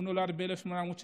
הוא נולד ב-1860,